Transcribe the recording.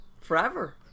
forever